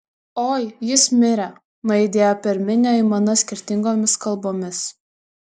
oi jis mirė nuaidėjo per minią aimana skirtingomis kalbomis